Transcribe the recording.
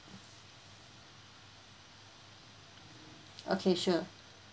okay sure